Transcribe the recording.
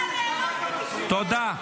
תודה.